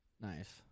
nice